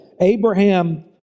Abraham